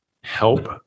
Help